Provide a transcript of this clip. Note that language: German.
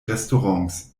restaurants